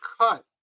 cut